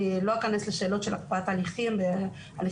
לא אכנס לשאלות של הקפאת הליכים משפטיים.